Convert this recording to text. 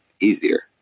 easier